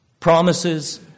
Promises